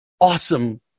awesome